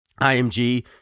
IMG